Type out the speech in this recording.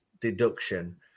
deduction